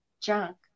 junk